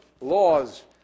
laws